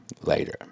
Later